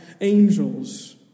angels